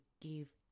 give